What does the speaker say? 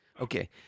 Okay